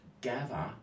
gather